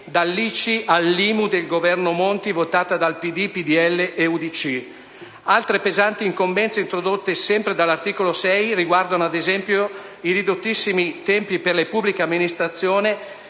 dall'ICI all'IMU del Governo Monti, votata da PD, PdL e UDC. Altre pesanti incombenze, introdotte sempre dall'articolo 6, riguardano ad esempio i ridottissimi tempi per le pubbliche amministrazioni